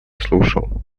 слушал